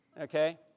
Okay